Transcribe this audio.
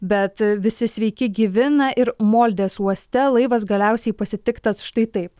bet visi sveiki gyvi na ir moldės uoste laivas galiausiai pasitiktas štai taip